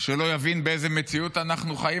שלא יבין באיזה מציאות אתם חיים,